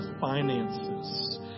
finances